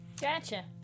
Gotcha